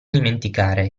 dimenticare